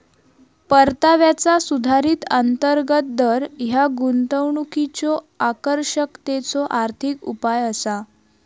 परताव्याचा सुधारित अंतर्गत दर ह्या गुंतवणुकीच्यो आकर्षकतेचो आर्थिक उपाय असा